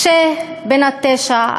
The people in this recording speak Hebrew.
משה בן התשע,